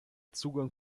zugang